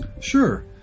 Sure